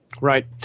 Right